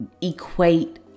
equate